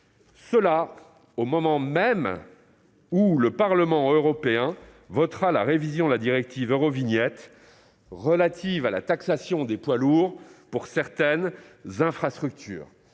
lieu au moment même où le Parlement européen votera la révision de la directive Eurovignette relative à la taxation des poids lourds pour certaines infrastructures.